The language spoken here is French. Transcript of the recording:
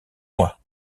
moi